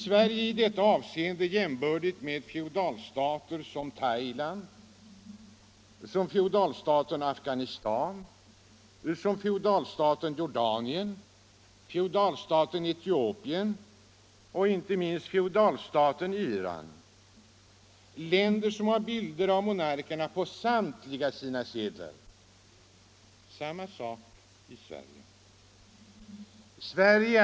Sverige är i detta avseende jämbördigt med olika feodalstater: feodalstaten Thailand, feodalstaten Afghanistan, feodalstaten Jordanien, feodalstaten Etiopien och inte minst feodalstaten Iran, länder som har bilder av monarkerna på samtliga sina sedlar. Samma sak är det i Sverige.